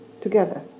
together